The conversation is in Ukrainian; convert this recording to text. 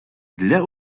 для